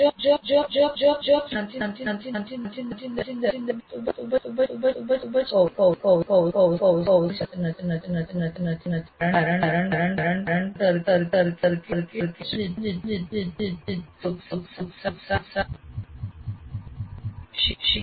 જો આપ સર્કિટ ની રચના નથી દર્શાવતા તો પછી નિદર્શન એ કૌશલ સાથે સુસંગત નથી કારણ કે આપણે સર્કિટ ની રચના સંબંધિત ક્ષમતાઓને પ્રોત્સાહન આપી રહ્યા છીએ